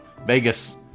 Vegas